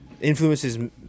influences